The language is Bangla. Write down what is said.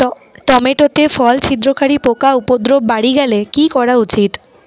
টমেটো তে ফল ছিদ্রকারী পোকা উপদ্রব বাড়ি গেলে কি করা উচিৎ?